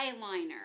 eyeliner